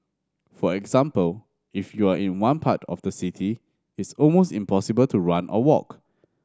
for example if you are in one part of the city it's almost impossible to run or walk